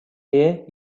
near